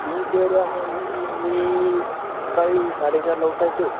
दिनचर्या मी सकाळी साडेचारला उठायचो